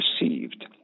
received